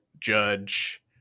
Judge